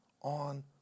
on